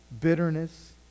bitterness